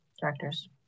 directors